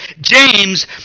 James